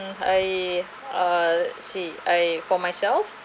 I uh see I for myself